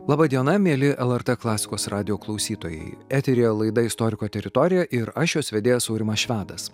laba diena mieli lrt klasikos radijo klausytojai eteryje laida istoriko teritorija ir aš jos vedėjas aurimas švedas